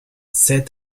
said